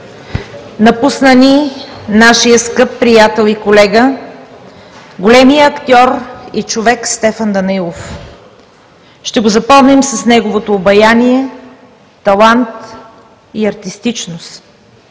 напусна ни нашият скъп приятел и колега, големият актьор и човек Стефан Данаилов. Ще го запомним с неговото обаяние, талант и артистичност.